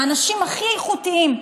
האנשים הכי איכותיים,